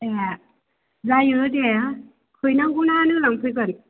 ए जायो दे हैनांगौ ना नों लांफैगोन